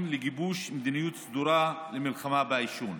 לגיבוש מדיניות סדורה למלחמה בעישון.